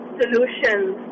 solutions